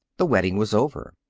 the wedding was over.